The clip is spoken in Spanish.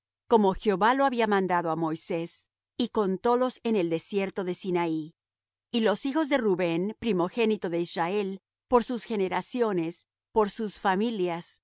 como jehová lo había mandado á moisés y contólos en el desierto de sinaí y los hijos de rubén primogénito de israel por sus generaciones por sus familias por